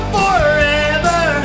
forever